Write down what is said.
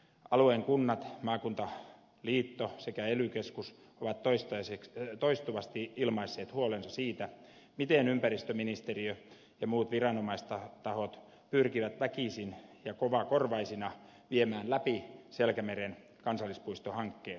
alueen kunnat maakuntaliitto sekä ely keskus ovat toistuvasti ilmaisseet huolensa siitä miten ympäristöministeriö ja muut viranomaistahot pyrkivät väkisin ja kovakorvaisina viemään läpi selkämeren kansallispuistohankkeen